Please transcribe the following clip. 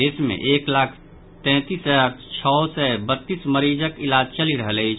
देश मे एक लाख तैंतीस हजार छओ सय बत्तीस मरीजक इलाज चलि रहल अछि